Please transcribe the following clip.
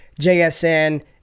JSN